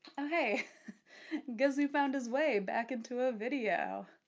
oh hey guess who found his way back into a video.